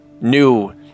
new